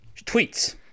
Tweets